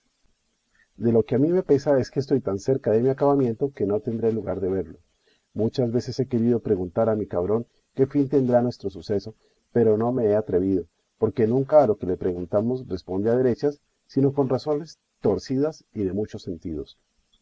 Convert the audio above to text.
de lo que a mí me pesa es que estoy tan cerca de mi acabamiento que no tendré lugar de verlo muchas veces he querido preguntar a mi cabrón qué fin tendrá vuestro suceso pero no me he atrevido porque nunca a lo que le preguntamos responde a derechas sino con razones torcidas y de muchos sentidos